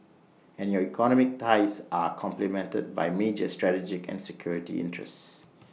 and your economic ties are complemented by major strategic and security interests